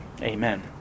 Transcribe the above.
Amen